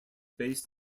based